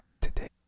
today